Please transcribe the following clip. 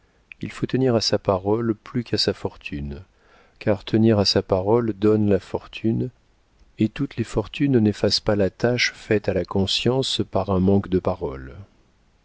il faut tenir à sa parole plus qu'à sa fortune car tenir à sa parole donne la fortune et toutes les fortunes n'effacent pas la tache faite à la conscience par un manque de parole